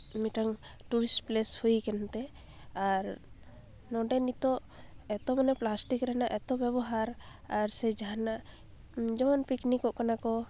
ᱢᱤᱫᱴᱟᱝ tourist place ᱦᱩᱭᱟᱠᱟᱱ ᱛᱮ ᱟᱨ ᱱᱚᱰᱮ ᱱᱤᱛᱳᱜ ᱮᱛᱚ ᱢᱟᱱᱮ ᱯᱞᱟᱥᱴᱤᱠ ᱨᱮᱱᱟᱜ ᱮᱛᱚ ᱵᱮᱵᱚᱦᱟᱨ ᱟᱨ ᱥᱮ ᱡᱟᱦᱟᱱᱟᱜ ᱡᱮᱢᱚᱱ ᱯᱤᱠᱱᱤᱠᱚᱜ ᱠᱟᱱᱟ ᱠᱚ